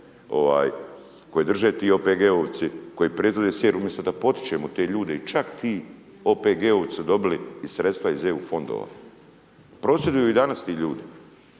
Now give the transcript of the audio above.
koji druže ti OPG-ovci, koji proizvode sir, umjesto da potičemo te ljude i čak ti OPG-ovci su dobili i sredstva iz EU fondova. Prosvjeduju i danas ti ljudi.